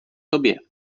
tobě